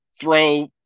throw